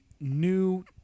new